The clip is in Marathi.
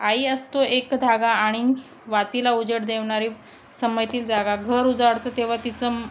आई असतो एक धागा आणि वातीला उजड देवनारी संमयतील जागा घर उजाडतं तेव्हा तिचं